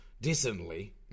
decently